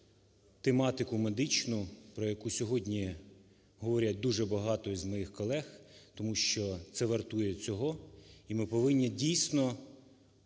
тематику медичну, про яку сьогодні говорять дуже багато з моїх колег, тому що це вартує цього. І ми повинні, дійсно,